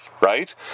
right